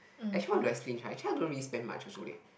actually what do I stinge actually I don't really spend much also leh